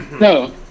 No